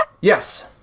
Yes